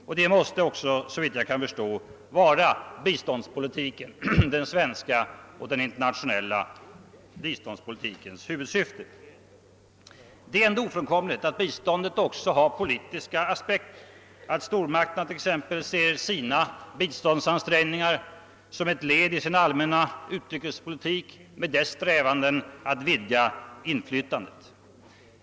Och det måste också såvitt jag förstår vara den svenska och den internationella biståndspolitikens huvudsyfte. Det är ändå ofrånkomligt att biståndet också har politiska aspekter, att stormakterna t.ex. ser sina biståndsansträngningar som ett led i sin allmänna utrikespolitik med dess strävanden till vidgat inflytande.